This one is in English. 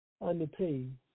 Underpaid